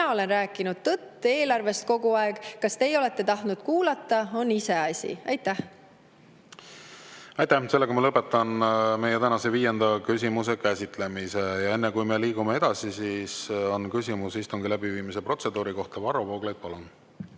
olen rääkinud tõtt eelarve kohta kogu aeg, kas teie olete tahtnud kuulata, on iseasi. Aitäh! Lõpetan meie tänase viienda küsimuse käsitlemise. Enne, kui me liigume edasi, on küsimus istungi läbiviimise protseduuri kohta. Varro Vooglaid, palun!